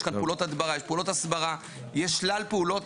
יש פעולות הדברה, פעולות הסברה, יש שלל פעולות.